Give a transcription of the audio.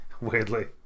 weirdly